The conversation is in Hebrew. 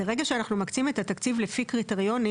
ברגע שאנחנו מקצים את התקציב לפי קריטריונים